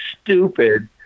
stupid